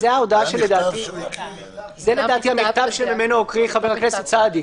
זה לדעתי המכתב שממנו הקריא חבר הכנסת סעדי.